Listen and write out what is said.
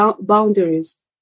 boundaries